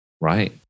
Right